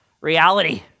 reality